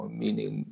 meaning